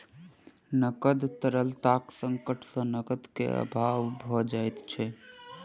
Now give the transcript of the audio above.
नकद तरलताक संकट सॅ नकद के अभाव भ जाइत छै